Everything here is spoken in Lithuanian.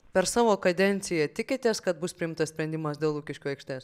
per savo kadenciją tikitės kad bus priimtas sprendimas dėl lukiškių aikštės